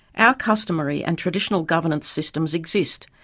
our customary and traditional governance systems exist,